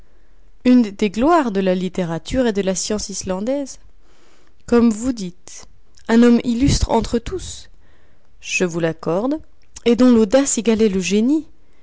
une des gloires de la littérature et de la science islandaises comme vous dites un homme illustre entre tous je vous l'accorde et dont l'audace égalait le génie